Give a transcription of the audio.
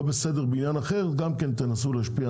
בסדר בעניין אחר גם כן תנסו להשפיע.